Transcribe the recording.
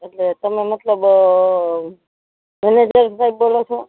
એટલે તમે મતલબ મેનેજર સાહેબ બોલો છો